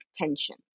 tension